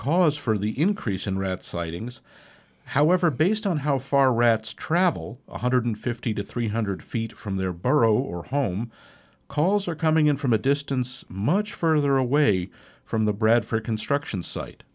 cause for the increase in rats sightings however based on how far rats travel one hundred fifty to three hundred feet from their burrow or home calls are coming in from a distance much further away from the bradford construction site